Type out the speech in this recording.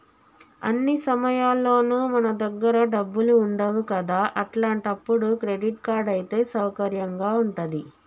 అన్ని సమయాల్లోనూ మన దగ్గర డబ్బులు ఉండవు కదా అట్లాంటప్పుడు క్రెడిట్ కార్డ్ అయితే సౌకర్యంగా ఉంటది